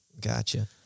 Gotcha